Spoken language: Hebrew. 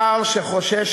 שר שחושש,